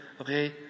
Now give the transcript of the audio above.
okay